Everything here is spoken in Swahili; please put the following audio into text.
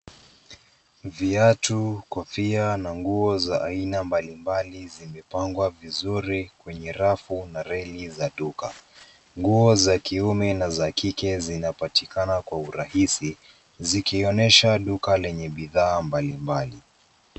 Viatu, kofia na nguo za aina mbalimbali zimepangwa vizuri kwenye rafu na reli za duka. Nguo za kiume na za kike zinapatikana kwa urahisi zikionyesha duka lenye bidhaa mbalimbali.